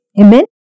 Amen